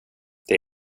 det